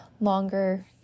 longer